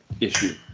issue